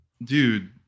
Dude